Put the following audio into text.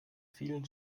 vielen